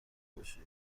باشی